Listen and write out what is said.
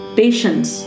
patience